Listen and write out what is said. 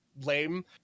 lame